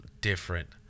different